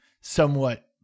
somewhat